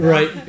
Right